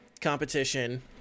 competition